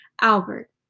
Albert